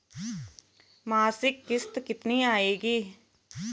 मासिक किश्त कितनी आएगी?